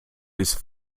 ist